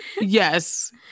Yes